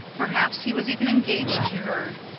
perhaps he was even engaged to her.